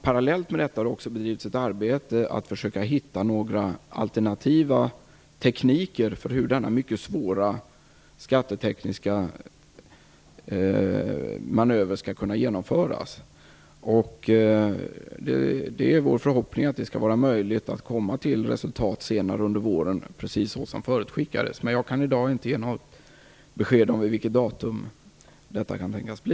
Parallellt med detta har ett arbete bedrivits för att försöka finna några alternativa tekniker för hur denna mycket svåra skattetekniska manöver skall kunna genomföras. Det är vår förhoppning att det skall vara möjligt att komma till resultat senare under våren precis som förutskickades. Men jag kan i dag inte ge något besked om något datum för när detta kan tänkas ske.